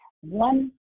one